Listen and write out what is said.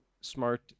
smart